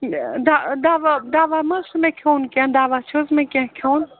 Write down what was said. یہِ دَ دَوا دَوا مَہ حظ چھُ مےٚ کھیوٚن کیٚنٛہہ دوا چھِ حظ مےٚ کیٚنٛہہ کھیوٚن